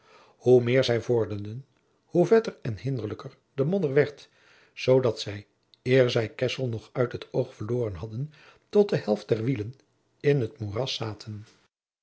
hoe meer zij vorderden hoe vetter en hinderlijker de modder werd zoodat zij eer zij kessel nog uit het oog verloren hadden tot de helft der wielen in het moeras zaten